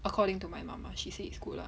according to my mum lah she said it's good lah